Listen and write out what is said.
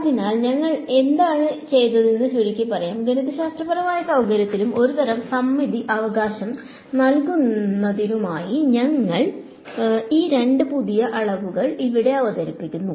അതിനാൽ ഞങ്ങൾ എന്താണ് ചെയ്തതെന്ന് ചുരുക്കിപ്പറയാൻ ഗണിതശാസ്ത്രപരമായ സൌകര്യത്തിനും ഒരുതരം സമമിതി അവകാശം നൽകുന്നതിനുമായി ഞങ്ങൾ ഈ രണ്ട് പുതിയ അളവുകൾ ഇവിടെ അവതരിപ്പിച്ചു